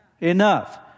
Enough